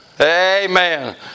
Amen